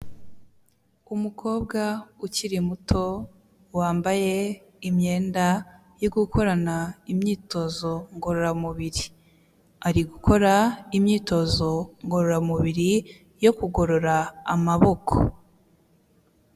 Umukobwa ukiri muto wambaye imyenda yo gukorana imyitozo ngororamubiri, ari gukora imyitozo ngororamubiri yo kugorora amaboko.